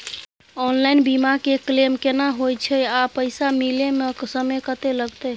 Online बीमा के claim केना होय छै आ पैसा मिले म समय केत्ते लगतै?